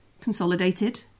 consolidated